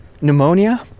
pneumonia